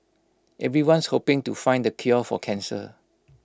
everyone's hoping to find the cure for cancer